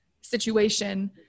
situation